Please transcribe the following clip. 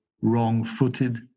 wrong-footed